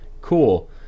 Cool